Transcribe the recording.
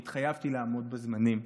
כי התחייבתי לעמוד בזמנים: